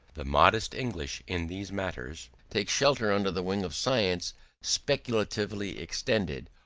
the modest english in these matters take shelter under the wing of science speculatively extended,